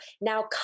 now